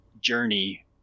journey